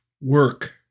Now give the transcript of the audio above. work